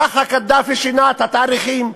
ככה קדאפי שינה את התאריכים,